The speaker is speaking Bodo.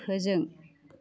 फोजों